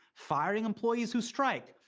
firing employees who strike,